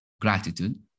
gratitude